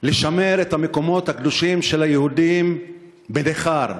לשמר את המקומות הקדושים של היהודים בנכר,